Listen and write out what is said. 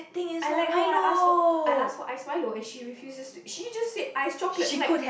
I like how I ask for I asked for ice Milo and she refuses to she just said ice chocolate then I'm like